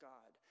God